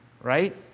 right